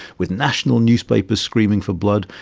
with national newspapers screaming for blood,